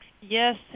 yes